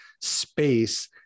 space